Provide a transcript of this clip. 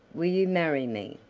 will you marry me?